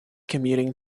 commuting